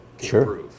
Sure